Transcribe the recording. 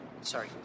Sorry